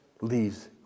leaves